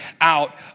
out